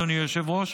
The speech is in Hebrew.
אדוני היושב-ראש,